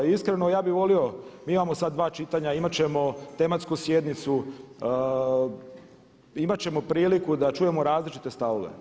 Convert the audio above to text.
Iskreno ja bih volio da imamo sad dva čitanja, imat ćemo tematsku sjednicu, imat ćemo priliku da čujemo različite stavove.